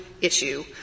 issue